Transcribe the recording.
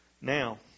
Now